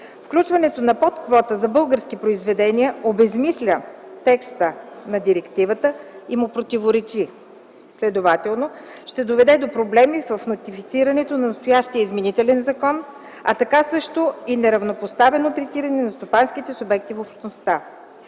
Включването на подквота за български произведения обезсмисля текста на директивата и му противоречи. Следователно ще доведе до проблеми с нотифицирането на настоящия изменителен закон, а така също и до неравнопоставено третиране на стопанските субекти в общността.